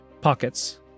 pockets